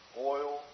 oil